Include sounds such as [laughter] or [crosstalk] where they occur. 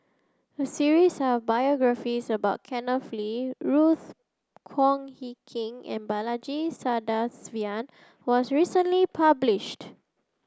a series of biographies about [unintelligible] Kee Ruth Wong Hie King and Balaji Sadasivan was recently published